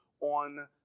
on